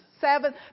seven